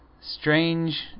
strange